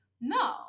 no